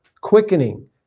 quickening